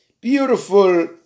beautiful